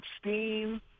steam